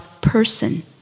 person